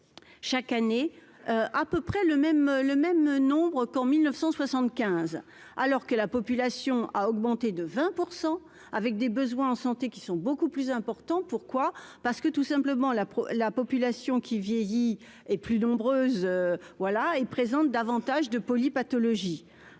chaque année à peu près le même le même nombre qu'en 1975 alors que la population a augmenté de 20 % avec des besoins en santé, qui sont beaucoup plus importants, pourquoi, parce que tout simplement la la population qui vieillit et plus nombreuses voilà et présentent davantage de poly-pathologies